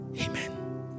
Amen